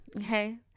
okay